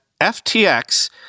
FTX